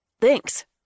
Thanks